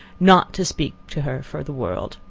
not to speak to her for the world.